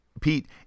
Pete